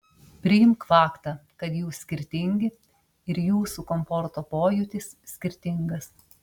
priimk faktą kad jūs skirtingi ir jūsų komforto pojūtis skirtingas